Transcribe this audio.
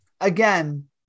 again